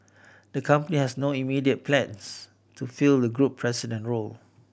the company has no immediate plans to fill the group president role